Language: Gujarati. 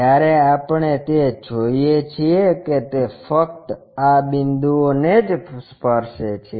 જ્યારે આપણે તે જોઈએ છીએ કે તે ફક્ત આ બિંદુઓ ને જ સ્પર્શે છે